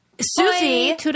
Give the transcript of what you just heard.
Susie